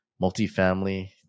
multifamily